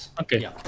Okay